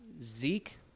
Zeke